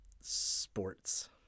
sports